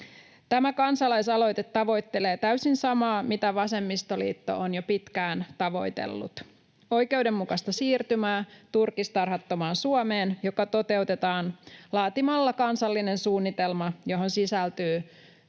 Tämä kansalaisaloite tavoittelee täysin samaa, mitä vasemmistoliitto on jo pitkään tavoitellut: oikeudenmukaista siirtymää turkistarhattomaan Suomeen, mikä toteutetaan laatimalla kansallinen suunnitelma, johon sisältyy